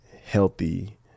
healthy